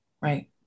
Right